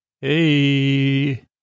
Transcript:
Hey